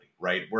right